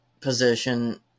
position